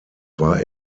war